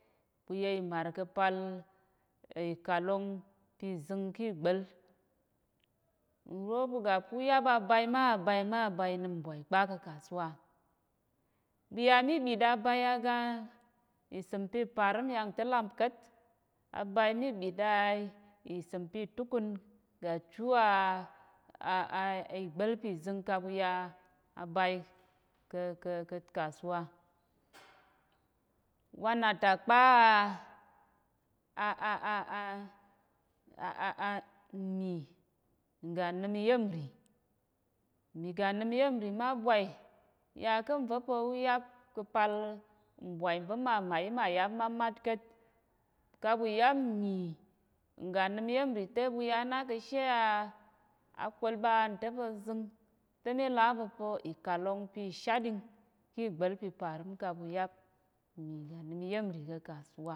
Uye imar ka̱pal ikalong kizing kigba̱l, nro ɓuga puyap abaima abaima abai abai nimbwai kpa ka̱ kasuwa ɓuya mi ɓid abai aga isəm piparim yangta̱ lamkat abai mi ɓid a isəm pitukun gachu a a igbal pizing kaɓuya abai ka̱ kasuwa, wanata kpa a mmì nganim iyemri mmì. ganim iyemri ma bwai ya ka̱ nva̱pa̱ uyap ka̱pal nbwai va̱ma mayi mayap mamat ka̱t kaɓuyap mmì nganim iyemri te ɓuyana kashe a akwolɓa anta̱ pa̱zing ta̱ milaɓu pa̱ ikalong pishaɗing kigba̱lpi piparim kaɓuyap mmì ganim iyemri ka̱ kasuwa.